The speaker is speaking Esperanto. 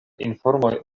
informoj